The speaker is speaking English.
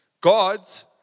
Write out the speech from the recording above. God's